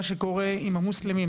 מה שקורה עם המוסלמים